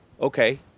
Okay